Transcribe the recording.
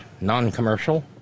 non-commercial